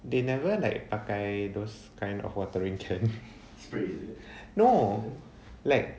they never like pakai those kind of watering can no like